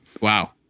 wow